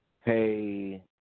Hey